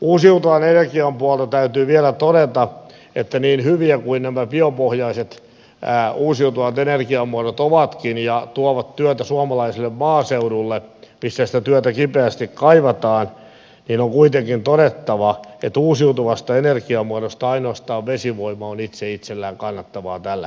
uusiutuvan energian puolelta täytyy vielä todeta että niin hyviä kuin nämä biopohjaiset uusiutuvat energiamuodot ovatkin ja tuovat työtä suomalaiselle maaseudulle missä sitä työtä kipeästi kaivataan on kuitenkin todettava että uusiutuvista energiamuodoista ainoastaan vesivoima on itse itsellään kannattavaa tällä hetkellä